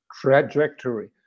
trajectory